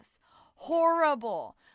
Horrible